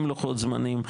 עם לוחות זמנים,